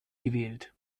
gewählt